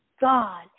God